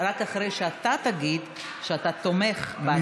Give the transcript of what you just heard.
רק אחרי שאתה תגיד שאתה תומך בהצעת החוק.